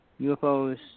UFOs